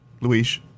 Luis